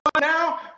now